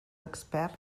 experts